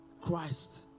Christ